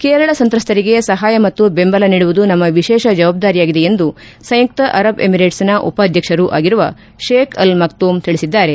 ಕೇರಳ ಸಂತ್ರಸ್ತರಿಗೆ ಸಹಾಯ ಮತ್ತು ಬೆಂಬಲ ನೀಡುವುದು ನಮ್ನ ವಿಶೇಷ ಜವಾಬ್ದಾರಿಯಾಗಿದೆ ಎಂದು ಸಂಯುಕ್ತ ಅರಬ್ ಎಮಿರೇಟ್ಸ್ನ ಉಪಾಧ್ಯಕ್ಷರು ಆಗಿರುವ ಶೇಖ್ ಅಲ್ ಮಕ್ತೋಮ್ ತಿಳಿಸಿದ್ದಾರೆ